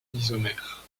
isomères